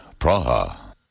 Praha